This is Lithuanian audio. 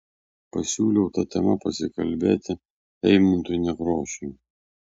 pasiūliau ta tema pasikalbėti eimuntui nekrošiui